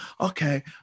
okay